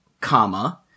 comma